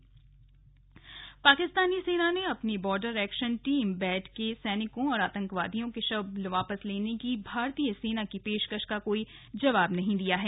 slug Pak सैनिक पाकिस्तानी सेना ने अपनी बॉर्डर एक्शन टीम बैट के सैनिकों और आतंकवादियों के शव वापस लेने की भारतीय सेना की पेशकश का कोई जवाब नहीं दिया है